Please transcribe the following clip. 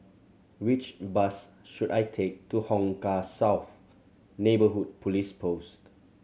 which bus should I take to Hong Kah South Neighbourhood Police Post